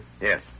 Yes